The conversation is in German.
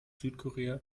südkorea